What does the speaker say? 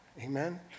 Amen